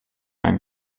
einen